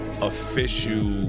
Official